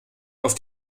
auf